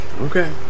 Okay